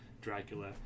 Dracula